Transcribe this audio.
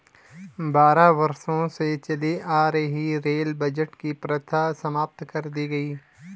बारह वर्षों से चली आ रही रेल बजट की प्रथा समाप्त कर दी गयी